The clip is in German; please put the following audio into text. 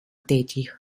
tätig